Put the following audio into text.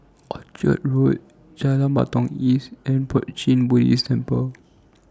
Orchard Road Jalan Batalong East and Puat Jit Buddhist Temple